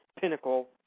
pinnacle